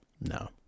no